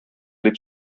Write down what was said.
дип